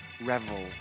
Revel